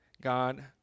God